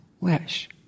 wish